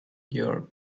your